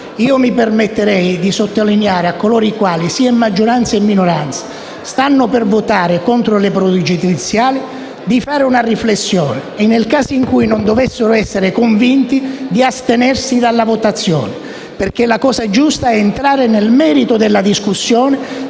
Io mi permetterei di invitare coloro i quali, sia in maggioranza che in minoranza, stanno per votare contro le questioni pregiudiziali a fare una riflessione e, nel caso in cui non dovessero essere convinti, ad astenersi dalla votazione, perché la cosa giusta è entrare nel merito della discussione,